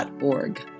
org